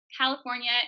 California